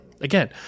Again